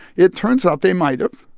it turns out they might have.